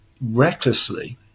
recklessly